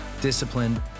disciplined